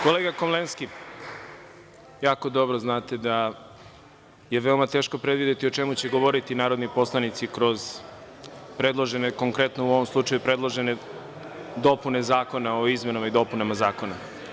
Kolega Komlenski, jako dobro znate da je veoma teško predvideti o čemu će govoriti narodni poslanici, u ovom slučaju predložene dopune zakona o izmenama i dopunama zakona.